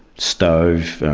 stove,